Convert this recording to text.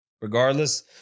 Regardless